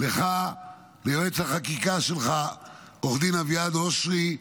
לך וליועץ החקיקה שלך עורך הדין אביעד אושרי,